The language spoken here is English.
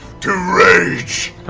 to rage.